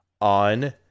on